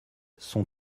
son